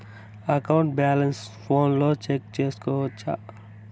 account balance ఫోనులో check సేసుకోవచ్చా